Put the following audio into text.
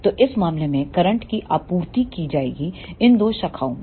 तो इस मामले में करंट की आपूर्ति की जाएगी इन दो शाखाओं में